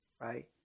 right